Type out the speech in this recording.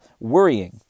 worrying